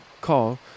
call